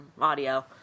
audio